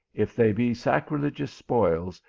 if they be sacrilegious spoils,